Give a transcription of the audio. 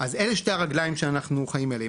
אז אלה 'שתי הרגלים' שאנחנו חיים עליהם,